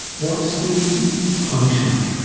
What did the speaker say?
what's the punishment?